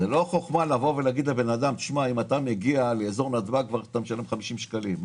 לא חוכמה להגיד לאדם: אם אתה מגיע לאזור נתב"ג אתה משלם כבר 50 שקלים.